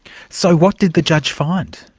so what did the judge find?